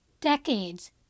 decades